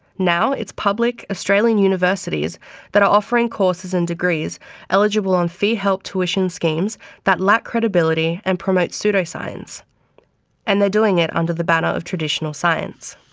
now, it's public australian universities that are offering courses and degrees eligible on fee-help tuition schemes that lack credibility and promote pseudoscience and they're doing it under the banner of traditional science.